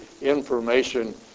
information